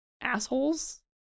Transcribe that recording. assholes